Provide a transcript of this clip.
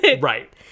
right